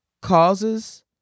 causes